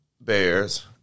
Bears